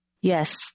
yes